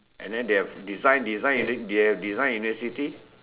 and they have design design using they have design in the city